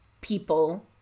people